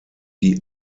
die